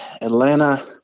Atlanta